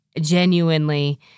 genuinely